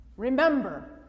Remember